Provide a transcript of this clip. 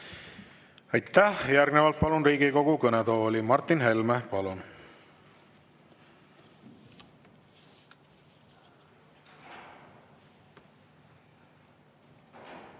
Aitäh! Järgnevalt palun Riigikogu kõnetooli Martin Helme. Palun!